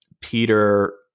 Peter